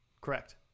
Correct